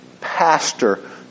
pastor